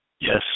Yes